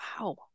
Wow